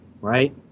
right